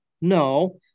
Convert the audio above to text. No